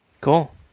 Cool